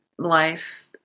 life